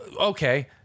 okay